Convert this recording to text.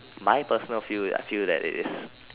my personal feel is I feel like it is